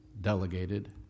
delegated